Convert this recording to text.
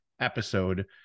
episode